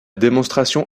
démonstration